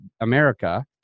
America